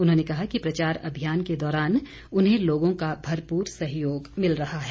उन्होंने कहा कि प्रचार अभियान के दौरान उन्हें लोगों का भरपूर सहयोग मिल रहा है